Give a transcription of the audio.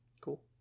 Cool